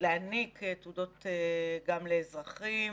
להעניק תעודות גם לאזרחים,